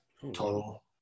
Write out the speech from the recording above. total